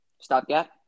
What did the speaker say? stopgap